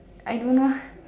I don't know